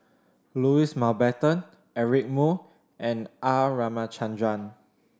Louis Mountbatten Eric Moo and R Ramachandran